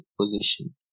position